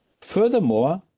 Furthermore